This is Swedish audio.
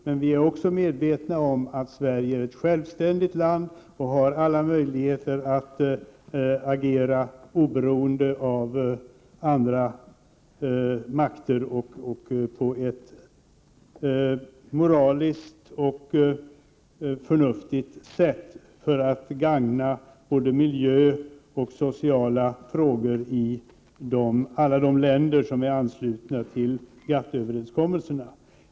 Men vi är också medvetna om att Sverige är ett självständigt land och har alla möjligheter att agera oberoende av andra makter och på ett moraliskt och förnuftigt sätt, för att gagna både miljö och sociala förhållanden i alla länder som är anslutna till GATT-överenskommelserna.